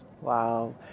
Wow